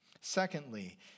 Secondly